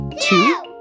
two